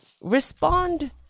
respond